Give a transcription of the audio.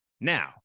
Now